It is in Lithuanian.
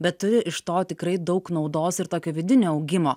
bet iš to tikrai daug naudos ir tokio vidinio augimo